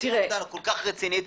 עבודה רצינית,